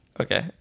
Okay